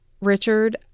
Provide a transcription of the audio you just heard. Richard